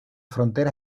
frontera